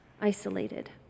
isolated